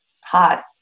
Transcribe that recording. hot